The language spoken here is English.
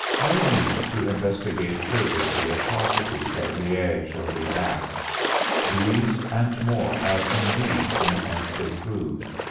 no need to investigate further the atrocities at liege or louvain. these and more have indeed been amply proved,